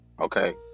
Okay